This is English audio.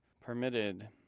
permitted